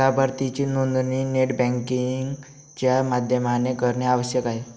लाभार्थीची नोंदणी net banking च्या माध्यमाने करणे आवश्यक आहे